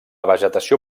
vegetació